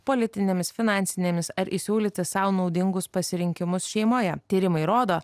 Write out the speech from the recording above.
politinėmis finansinėmis ar įsiūlyti sau naudingus pasirinkimus šeimoje tyrimai rodo